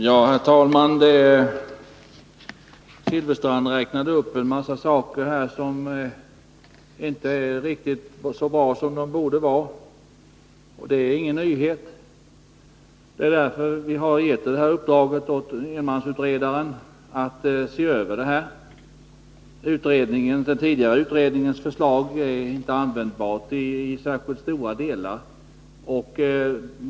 Herr talman! Bengt Silfverstrand gav exempel på åtskilligt som inte är så bra som det borde vara. Det är förhållanden som vi känner till, och det är därför som vi har givit uppdraget åt enmansutredaren att se över dem. Den tidigare utredningens förslag är inte användbart i särskilt stora delar.